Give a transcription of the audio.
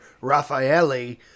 Raffaele